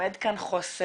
עומד כאן חוסר